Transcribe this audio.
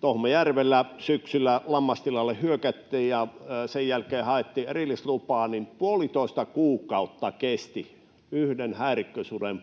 Tohmajärvellä syksyllä lammastilalle hyökättiin, ja kun sen jälkeen haettiin erillislupaa, niin puolitoista kuukautta kesti yhden häirikkösuden